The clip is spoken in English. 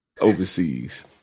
overseas